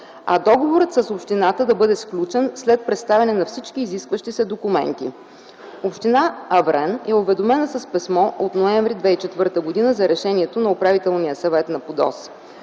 а договорът с общината да бъде сключен след представяне на всички изискващи се документи. Община Аврен е уведомена с писмо от ноември 2004 г. за решението на Управителния съвет на ПУДООС.